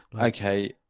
okay